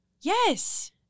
Yes